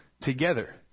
together